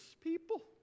people